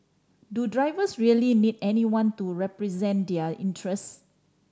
do drivers really need anyone to represent their interest